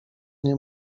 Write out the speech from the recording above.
nie